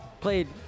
played